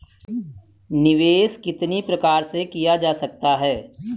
निवेश कितनी प्रकार से किया जा सकता है?